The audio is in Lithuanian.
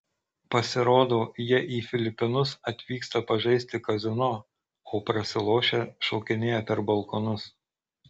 pasirodo jie į filipinus atvyksta pažaisti kazino o prasilošę šokinėja per balkonus